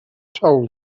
told